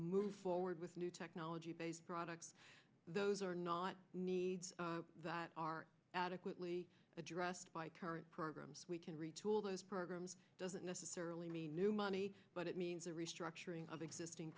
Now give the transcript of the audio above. move forward with new technology products those are not needs that are adequately addressed by current we can retool those programs doesn't necessarily mean new money but it means a restructuring of existing